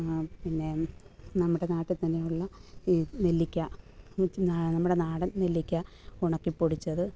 പിന്നെ നമ്മുടെ നാട്ടിൽത്തന്നെ ഉള്ള ഈ നെല്ലിക്ക നമ്മുടെ നാടൻ നെല്ലിക്ക ഉണക്കിപ്പൊടിച്ചത്